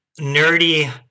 nerdy